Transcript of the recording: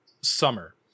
summer